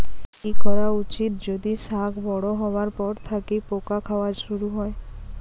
কি করা উচিৎ যদি শাক বড়ো হবার পর থাকি পোকা খাওয়া শুরু হয়?